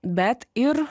bet ir